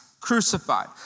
crucified